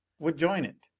would join it!